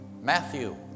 Matthew